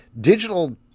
digital